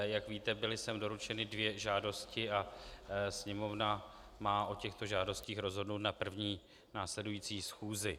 Jak víte, byly sem doručeny dvě žádosti a Sněmovna má o těchto žádostech rozhodnout na první následující schůzi.